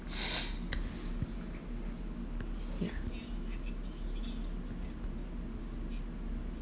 yeah